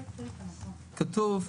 כתוב: